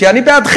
כי אני בעדכם,